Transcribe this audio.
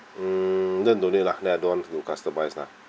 mm then don't need lah then I don't want to customize lah